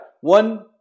One